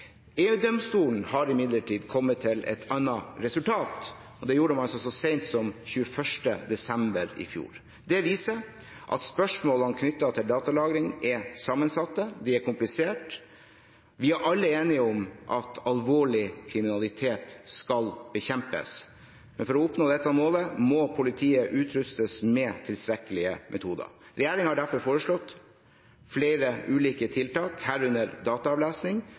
har imidlertid kommet til et annet resultat, og det gjorde man altså så sent som 21. desember i fjor. Det viser at spørsmålene knyttet til datalagring er sammensatte, de er kompliserte. Vi er alle enige om at alvorlig kriminalitet skal bekjempes, men for å oppnå dette målet må politiet utrustes med tilstrekkelige metoder. Regjeringen har derfor foreslått flere ulike tiltak, herunder